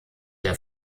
der